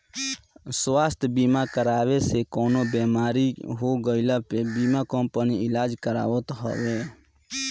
स्वास्थ्य बीमा कराए से कवनो बेमारी होखला पे बीमा कंपनी इलाज करावत हवे